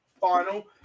final